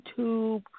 YouTube